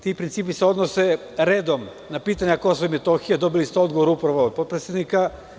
Ti principi se odnose redom na pitanje Kosova i Metohije, dobili ste odgovor upravo od potpredsednika.